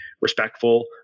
respectful